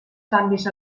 canvis